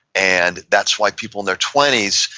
and that's why people in their twenty s,